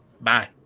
Bye